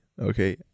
okay